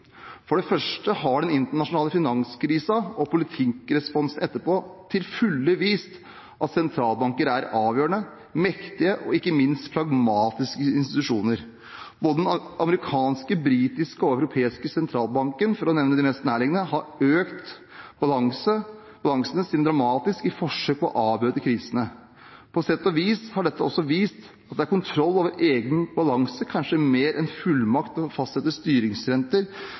For det første har den internasjonale finanskrisen og politikkresponsen etterpå til fulle vist at sentralbanker er avgjørende, mektige og ikke minst pragmatiske institusjoner. Den amerikanske, den britiske og den europeiske sentralbanken – for å nevne de mest nærliggende – har økt balansen sin dramatisk i et forsøk på å avbøte krisene. På sett og vis har dette også vist at det er kontroll over egen balanse – kanskje mer enn fullmakt til å fastsette styringsrenter